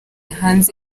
hanze